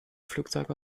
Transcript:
flugzeuge